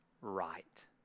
right